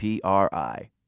PRI